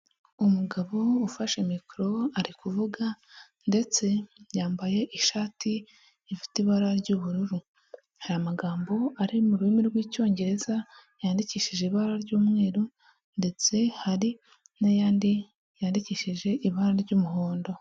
Umugabo ufashe mikoro ari kuvuga ndetse yambaye ishati ifite ibara ry'ubururu. Hari amagambo ari mu rurimi rw'icyongereza, yandikishije ibara ry'umweru ndetse hari n'ayandi yandikishije ibara ry'umuhondo.